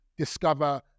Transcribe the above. discover